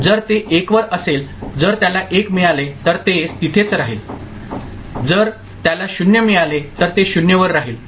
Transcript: जर ते 1 वर असेल जर त्याला 1 मिळाले तर ते तिथेच राहील जर त्याला 0 मिळाले तर ते 0 वर राहील